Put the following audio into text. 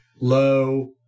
low